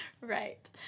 right